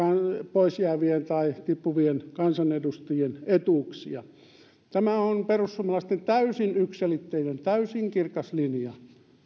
pois jäävien tai tippuvien kansanedustajien etuuksia tämä on perussuomalaisten täysin yksiselitteinen täysin kirkas linja